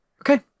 Okay